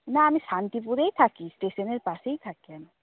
না আমি শান্তিপুরেই থাকি স্টেশনের পাশেই থাকি আমি